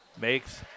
makes